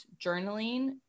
journaling